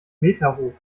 meterhoch